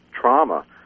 trauma